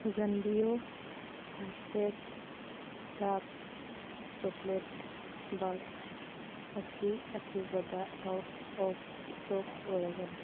ꯊꯨꯖꯤꯟꯕꯤꯌꯨ ꯍꯔꯁꯇꯦꯛ dark chocolate bar ꯑꯁꯤ ꯑꯊꯨꯕꯗ ꯑꯥꯎꯠ ꯑꯣꯐ ꯏꯁꯇꯣꯛ ꯑꯣꯏꯔꯒꯅꯤ